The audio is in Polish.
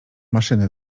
maszyny